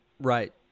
Right